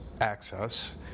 access